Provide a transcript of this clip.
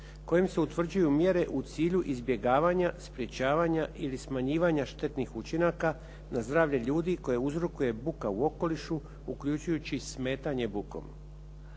kojim se utvrđuju mjere u cilju izbjegavanja, sprječavanja ili smanjivanja štetnih učinaka na zdravlje ljudi koje uzrokuje buka u okolišu uključujući smetanje bukom.